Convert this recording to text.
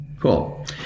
Cool